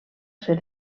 ser